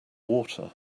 water